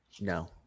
No